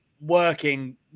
working